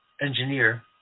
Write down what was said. engineer